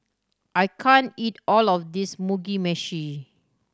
I can't eat all of this Mugi Meshi